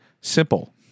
Simple